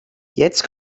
jetzt